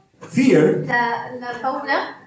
fear